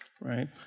right